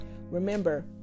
Remember